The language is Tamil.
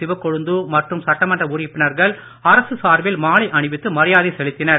சிவக்கொழுந்து மற்றும் சட்டமன்ற உறுப்பினர்கள் அரசு சார்பில் மாலை அணிவித்து மரியாதை செலுத்தினர்